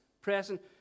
present